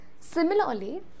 similarly